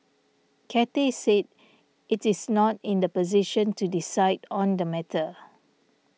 Cathay said it is not in the position to decide on the matter